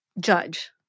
judge